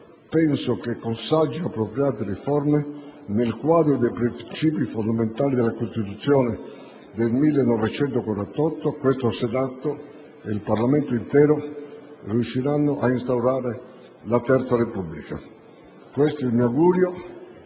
Repubblica, con sagge ed appropriate riforme, nel quadro dei principi fondamentali della Costituzione del 1948, questo Senato e il Parlamento intero riusciranno ad instaurare la Terza Repubblica. Questo è il mio augurio.